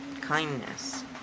kindness